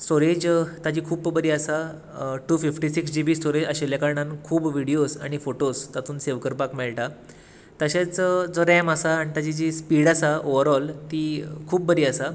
storage ताची खूब बरी आसा two fifty six G B storage आशिल्ल्या कारणान खूब विडियोज आनी फॉटोज तातूंत सॅव करपाक मेळटात तशेच जो रॅम आसा आनी ताची जी स्पीड आसा ऑवरोल ती खूब बरी आसा